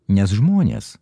nes žmonės